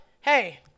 hey